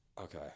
Okay